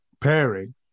pairing